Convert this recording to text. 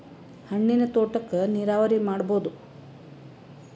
ಹಣ್ಣಿನ್ ತೋಟಕ್ಕ ನೀರಾವರಿ ಮಾಡಬೋದ?